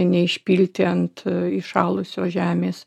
neišpilti ant įšalusios žemės